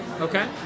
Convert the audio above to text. Okay